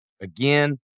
Again